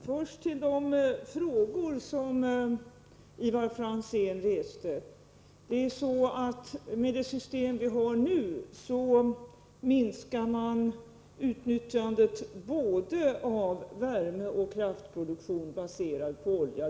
Herr talman! Först de frågor som Ivar Franzén reste. Med det system vi har nu minskar man utnyttjandet av både värmeoch kraftproduktion baserad på olja.